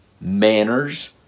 manners